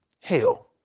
Hell